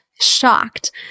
shocked